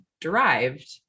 derived